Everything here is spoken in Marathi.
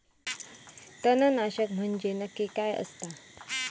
तणनाशक म्हंजे नक्की काय असता?